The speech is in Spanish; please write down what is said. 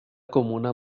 comuna